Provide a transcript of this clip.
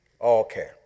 Okay